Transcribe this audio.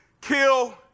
kill